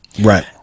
right